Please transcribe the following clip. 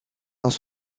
dans